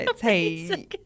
Hey